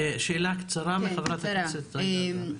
שאלה קצרה מחברת הכנסת זועבי.